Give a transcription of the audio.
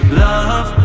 love